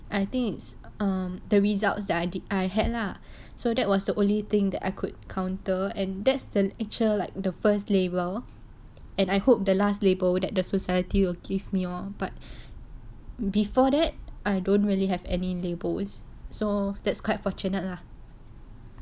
I think it's the um results that I did I had lah so that was the only thing that I could counter and that's the actual like the first label and I hope the last label that the society won't give me lah but before that I don't really have any labels so that's quite fortunate lah